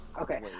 okay